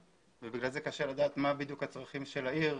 ולכן קשה לדעת מה בדיוק הצרכים של העיר,